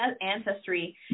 ancestry